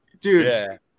dude